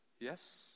Yes